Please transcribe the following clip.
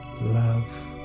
love